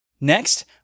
Next